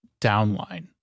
downline